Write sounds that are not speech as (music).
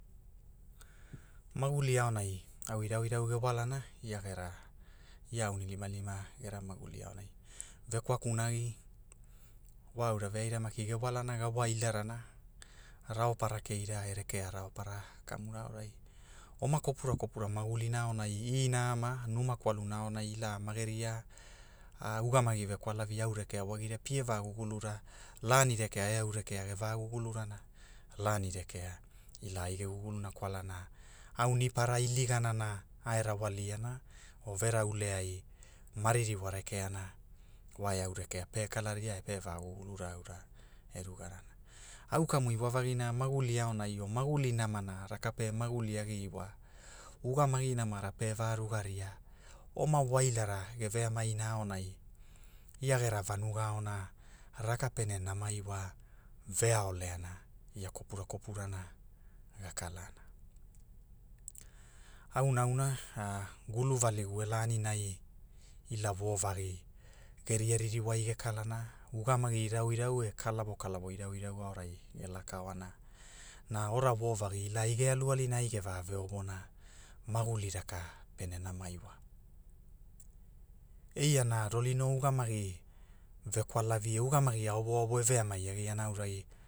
Maguli aonai au irau irau ge walana, ia gerasia aunilimalima gera maguli aonai, vekwakunagi, wa aura veaira maki ge walana ga wailarana, raopara keira e rekea, raopara, kamura aorai. Oma kopura kopura magulina aonai ina ama numa kwaluna aonai ila mageria. a- ugamagi vekwalavi au rekea wagira pie va gugulura, lani rekea e au rekea ge va gugularana, lani rekea, ila ai ge guguluna kwalana, aunipara iliganana, ai e rawaliana o verauleai ma ririwa rekeana, wa e au rekea pe kala ria e pe va gugulura aura, erugarana Au kamu iwagina maguli aonai o maguli namana raka pe maguliagi iwa, ugamagi namara pe va rugaria, oma wailara ge veamaina aonai, ia gera vanuga aona, raka pene nama iwa vealeana, ia kopura kopurana ga kalana, auna auna, (hesitation) gula valigu e laninai ila. wovagi, geria ririwai ge kalana, ugamagi irau irau e kalawo kalawo irauirau aorai ge laka oana na ra vo vagi ila ai ge alu alina ai ge va ve ovona, maguli raka pene nama iwa. Eiana rolio no ugamagi, vekwalavi ugamagi aowo aowo e veamai agiana aurai